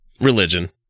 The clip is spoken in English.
Religion